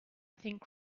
think